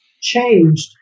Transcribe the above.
changed